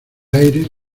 aire